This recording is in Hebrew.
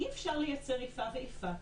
אי אפשר לייצר איפה ואיפה,